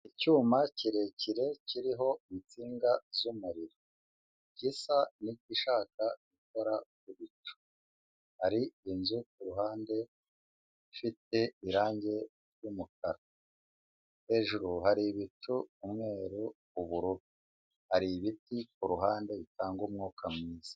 Icyuma kirekire kiriho insinga z'umuriro gisa n'ishaka gukora ku bicu. Hari inzu ku ruhande ifite irangi ry'umukara. Hejuru hari ibicu umweru, ubururu. Hari ibiti ku ruhande bitanga umwuka mwiza.